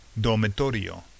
Dormitorio